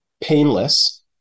painless